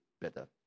better